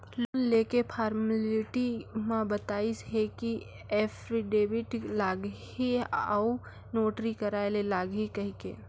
loan लेके formality म बताइस हे कि एफीडेबिड लागही अउ नोटरी कराय ले लागही कहिके